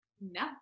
No